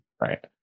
right